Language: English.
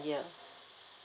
year